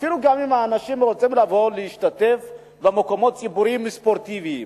אפילו אם אנשים רוצים לבוא להשתתף במקומות ציבוריים ספורטיביים,